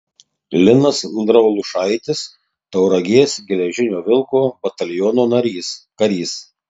linas raulušaitis tauragės geležinio vilko bataliono karys